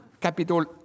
capital